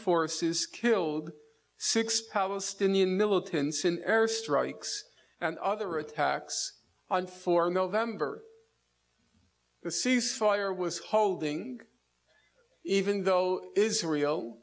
forces killed six palestinian militants in airstrikes and other attacks and for november the ceasefire was holding even though israel